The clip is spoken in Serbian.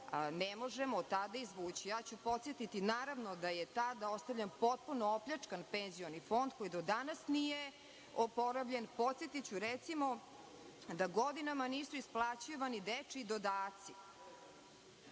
ne možemo od tada izvući. Ja ću podsetiti, naravno da je tada ostavljen potpuno opljačkan penzioni fond, koji do danas nije oporavljen. Podsetiću, recimo, da godinama nisu isplaćivati dečiji dodaci.